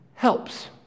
helps